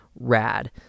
Rad